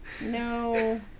no